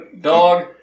dog